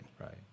right